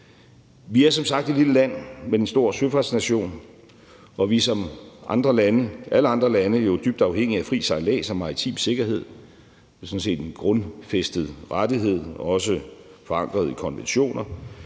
Vi er som sagt et lille land, men en stor søfartsnation, og vi er jo som alle andre lande dybt afhængige af fri sejlads og maritim sikkerhed. Det er sådan set en grundfæstet rettighed, også forankret i konventioner,